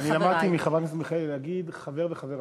אני למדתי מחברת הכנסת מיכאלי להגיד: חבר וחברה,